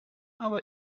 aber